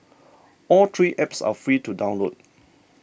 all three apps are free to download